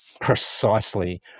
Precisely